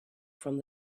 from